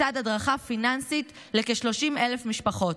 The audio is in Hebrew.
לצד הדרכה פיננסית לכ-30,000 משפחות.